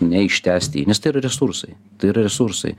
neištęsti jį nes tai yra resursai tai yra resursai